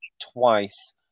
twice